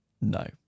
No